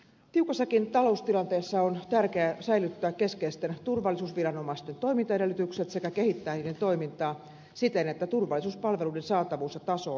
tiukassakin taloustilanteessa on tärkeää säilyttää keskeisten turvallisuusviranomaisten toimintaedellytykset sekä kehittää niiden toimintaa siten että turvallisuuspalveluiden saatavuus ja taso ovat hyvät myös tulevaisuudessa